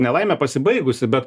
nelaime pasibaigusi bet